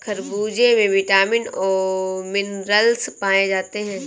खरबूजे में विटामिन और मिनरल्स पाए जाते हैं